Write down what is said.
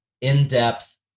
in-depth